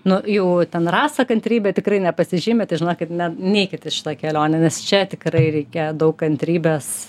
nu jau ten rasa kantrybe tikrai nepasižymi tai žinokit ne neikit į šitą kelionę nes čia tikrai reikia daug kantrybės